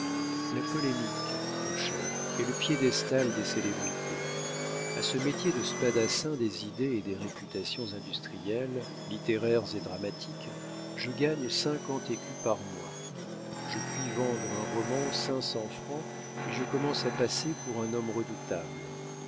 la polémique mon cher est le piédestal des célébrités a ce métier de spadassin des idées et des réputations industrielles littéraires et dramatiques je gagne cinquante écus par mois je puis vendre un roman cinq cents francs et je commence à passer pour un homme redoutable